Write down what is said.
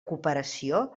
cooperació